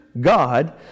God